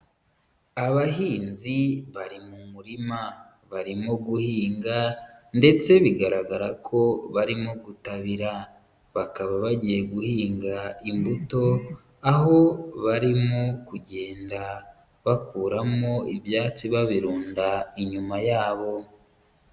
Abahinzi bari mu murima barimo guhinga ndetse bigaragara ko barimo gutabira, bakaba bagiye guhinga imbuto, aho barimo kugenda bakuramo ibyatsi babirunda inyuma yabo.